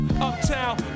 uptown